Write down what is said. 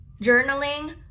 journaling